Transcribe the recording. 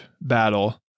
battle